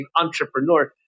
entrepreneur